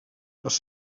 les